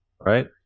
Right